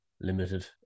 limited